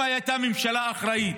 אם הייתה ממשלה אחראית,